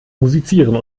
musizieren